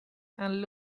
and